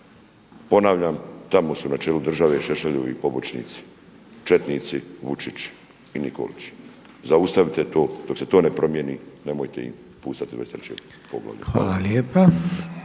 Ponavljam, tamo su na čelu države Šešeljevi pomoćnici, četnici Vučić i Nikolić. Zaustavite to. Dok se to ne promijeni nemojte im puštati u 23. poglavlje.